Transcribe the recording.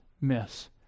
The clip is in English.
miss